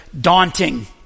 daunting